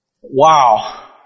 Wow